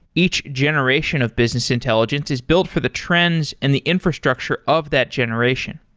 each generation of business intelligence is built for the trends and the infrastructure of that generation.